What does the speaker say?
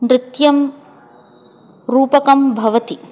नृत्यं रूपकं भवति